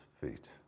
feet